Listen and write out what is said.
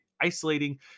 isolating